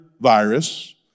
virus